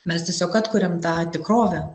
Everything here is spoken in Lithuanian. mes tiesiog atkuriam tą tikrovę